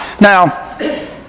Now